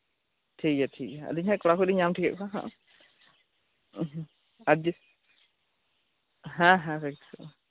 ᱴᱷᱤᱠ ᱜᱮᱭᱟ ᱴᱷᱤᱠ ᱜᱮᱭᱟ ᱟᱞᱤᱧᱦᱚᱸ ᱠᱚᱲᱟ ᱠᱚᱞᱤᱧ ᱧᱟᱢ ᱴᱷᱤᱠᱮᱫ ᱠᱚᱣᱟ ᱦᱟᱜ ᱟᱨ ᱡᱚᱫᱤ ᱦᱮᱸ ᱦᱮᱸ ᱵᱮᱥ ᱛᱟᱦᱞᱮ